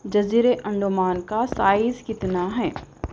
جزیرہ انڈمان کا سائز کتنا ہے